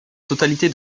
totalité